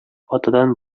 атадан